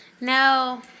No